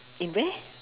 in where